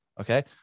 okay